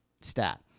stat